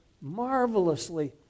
marvelously